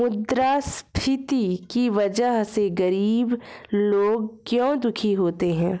मुद्रास्फीति की वजह से गरीब लोग क्यों दुखी होते हैं?